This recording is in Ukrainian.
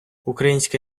українська